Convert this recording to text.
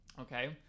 Okay